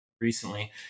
recently